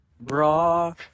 bra